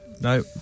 No